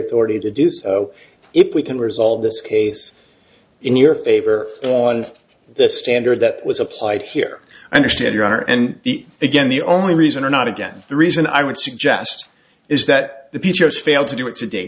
authority to do so if we can resolve this case in your favor on the standard that was applied here i understand your honor and the again the only reason or not again the reason i would suggest is that the p c s fail to do it toda